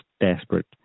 desperate